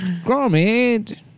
Gromit